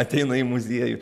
ateina į muziejų